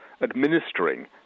administering